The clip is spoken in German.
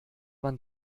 man